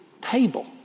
table